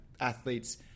athletes